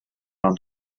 ond